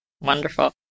Wonderful